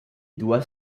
doit